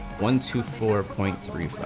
one to four point three